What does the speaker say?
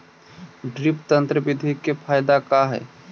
Drip तन्त्र बिधि के फायदा का है?